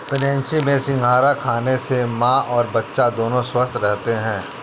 pregnancy में सिंघाड़ा खाने से मां और बच्चा दोनों स्वस्थ रहते है